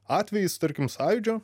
atvejis tarkim sąjūdžio